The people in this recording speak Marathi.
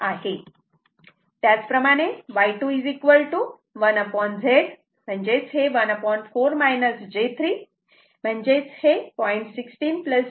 त्याचप्रमाणे Y2 1 Z 1 4 j 3 0